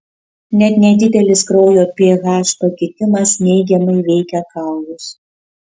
net nedidelis kraujo ph pakitimas neigiamai veikia kaulus